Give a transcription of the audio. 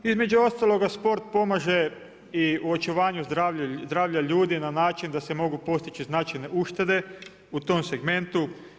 Između ostaloga sport pomaže i u očuvanju zdravlja ljudi na način da se mogu postići značajne uštede u tom segmentu.